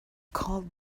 called